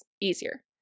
easier